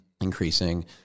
increasing